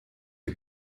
die